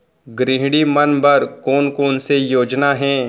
गृहिणी मन बर कोन कोन से योजना हे?